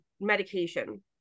medication